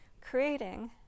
creating